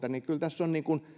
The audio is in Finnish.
kyllä tässä on